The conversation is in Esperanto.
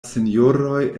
sinjoroj